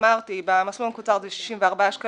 אמרתי: במסלול המקוצר זה 64 שקלים,